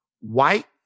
white